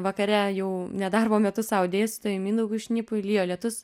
vakare jau nedarbo metu savo dėstytojui mindaugui šnipui lijo lietus